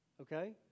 okay